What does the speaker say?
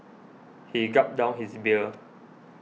he gulped down his beer